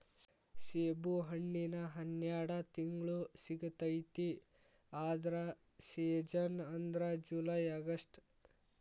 ಸೇಬುಹಣ್ಣಿನ ಹನ್ಯಾಡ ತಿಂಗ್ಳು ಸಿಗತೈತಿ ಆದ್ರ ಸೇಜನ್ ಅಂದ್ರ ಜುಲೈ ಅಗಸ್ಟ